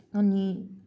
अनि